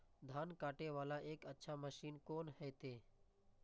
धान कटे वाला एक अच्छा मशीन कोन है ते?